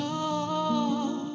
oh